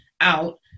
out